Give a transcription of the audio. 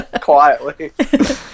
quietly